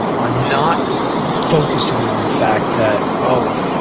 on not focusing on the fact that oh,